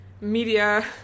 media